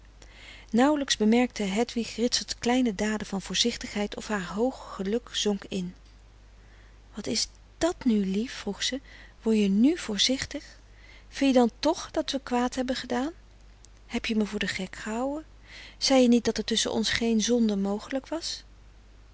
nauwelijks bemerkte hedwig ritserts kleine daden van voorzichtigheid of haar hoog geluk zonk in wat is dat nu lief vroeg ze wor je n voorzichtig vin je dan tch dat we kwaad hebbe gedaan heb je me voor den gek gehouë zei je niet dat er tusschen ons geen zonde mogelijk was